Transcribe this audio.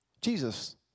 Jesus